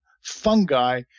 fungi